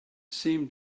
seemed